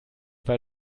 weil